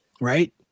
right